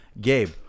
Gabe